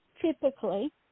Typically